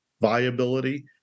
viability